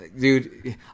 dude